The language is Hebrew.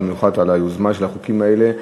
ובמיוחד על היוזמה לחוקים האלה.